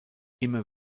immer